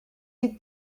you